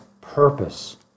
purpose